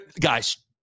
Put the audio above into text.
Guys